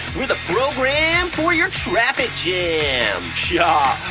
we're the program for your traffic jam yah,